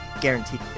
guaranteed